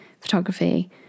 photography